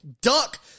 Duck